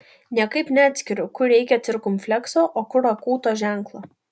niekaip neatskiriu kur reikia cirkumflekso o kur akūto ženklo